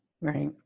right